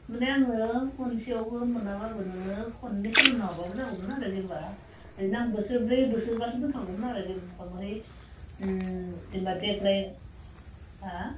माने आङो खनसेयावबो मोनाबाबो नोङो खननै खालामना हरबाबो जागौमोन आरो जेनेबा ओरैनो आङो बोसोरब्रै बोसोरबासो दोनखागौमोन आरो जेनेबा बै जेनेबा देग्लाय हा